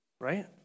Right